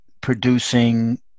producing